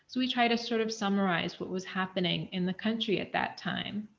so we try to sort of summarize what was happening in the country at that time.